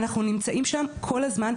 אנחנו נמצאים שם כל הזמן,